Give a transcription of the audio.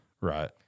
Right